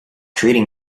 treating